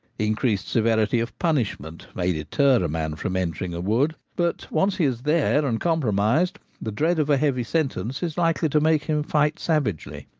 increased severity of punishment may deter a man from entering a wood but once he is there and compromised, the dread of a heavy sentence is likely to make him fight savagely.